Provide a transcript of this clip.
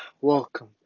welcome